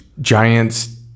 Giants